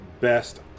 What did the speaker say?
best